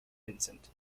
vincent